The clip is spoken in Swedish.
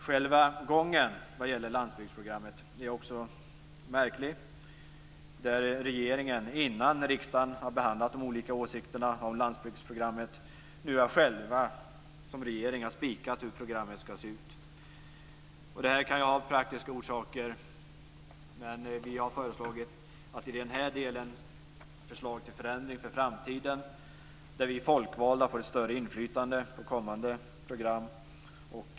Själva gången vad gäller landsbygdsprogrammet är också märklig, då regeringen innan riksdagen har behandlat de olika åsikterna om landsbygdsprogrammet nu själv har spikat hur programmet ska se ut. Det här kan ju ha praktiska orsaker, men vi har i den här delen ett förslag till förändring för framtiden där vi folkvalda får ett större inflytande över kommande program.